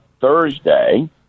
Thursday